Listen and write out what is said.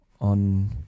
on